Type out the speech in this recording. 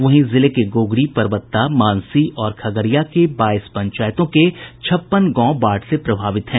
वहीं जिले के गोगरी परबत्ता मानसी और खगड़िया के बाईस पंचायतों के छप्पन गांव बाढ़ से प्रभावित हैं